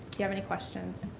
you have any questions?